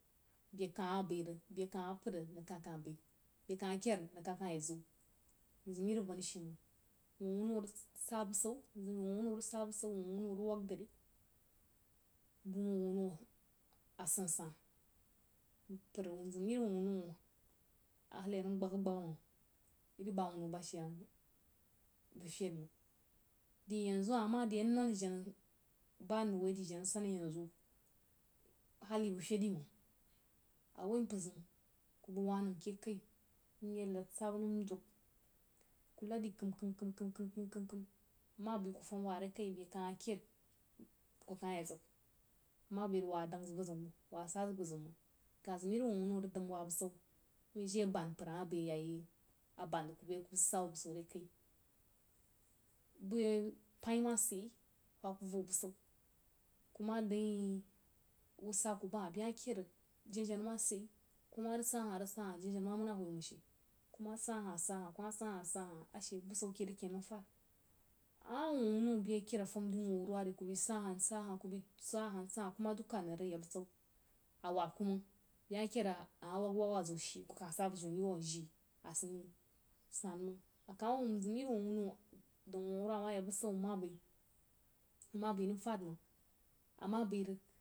Beh ka ma bai rig beh ka ma kpad rig nəng ka-kah bei, beh ka ma keid rig nəng kn ye zau mzim iri banni she məng, wuh wunno a reg sa busau mzim wuh-wunno a rig sa busau, wuh wunno a rig wəg-dri bəg wuh wunno a san-san mpər mzim iri wuh-wunno a hali nam baga-baga məng irī ba wunno bashe bəg feid məng de yanzu ha-ma a non jenna ba nrig woi de jenna nsanne yanzu hali bəg feid məng a woi mpər zeun ku bəg wah-nəm keh kai mye nad sabba nəm du. b ku nad re kəm-kəm-kəm-kəm-kəm nmah bai ku fam wah re kai, beh ka ma keid kuh ka ya ziu nma bai rig wah dəng zəg bəg ziu məng mkah zim irí wuh wunno a dam wah busau wuin je a ban mpər ha bai aye a ban zəg kuh bai aku sid sa wu busau re kai beh pain ma sid yei a hwah ku voh busau kuma dəng wuin mau-sa ku baha beh ma keid rig jen-jenna ma sid yei, kuma rig sa aha, a rig sa aha jen-jenna mana hwoi məng she ku ma sa aha, a sa aha, busau ke rig kán nan fad am wuh wunno beh keid a fam wuh wunnoh ku bai sa aha mbai sa aha kuma dukka nəng rig ya busau a wabba ku məng beh ma keid rig a ma wog-wogha a ziu shí ku kah sa bujiu mye wuh a jií asaməng sanməng aka ma mzim iri wuh-wunno wuh-wurwa ma yak busau nma bai nəm fad məng a ma bai rig.